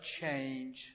change